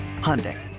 Hyundai